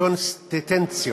קונסטיטנטיות.